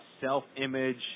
self-image